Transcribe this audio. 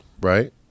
right